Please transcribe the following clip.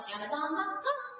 Amazon.com